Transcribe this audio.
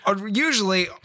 usually